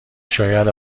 شاید